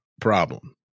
problem